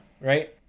right